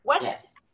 Yes